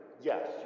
Yes